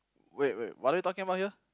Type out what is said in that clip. wait wait what are we talking about here